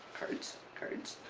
cards. cards.